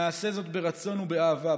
נעשה זאת ברצון ובאהבה.